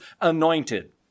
anointed